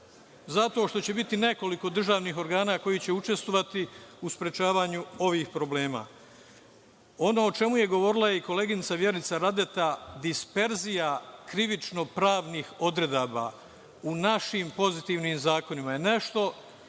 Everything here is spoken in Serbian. zato što će biti nekoliko državnih organa koji će učestvovati u sprečavanju ovih problema. Ono o čemu je govorila i koleginica Vjerica Radeta, disperzija krivično-pravnih odredaba u našim pozitivnim zakonima je nešto